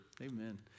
Amen